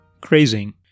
Crazing